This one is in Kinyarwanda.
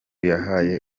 yahaye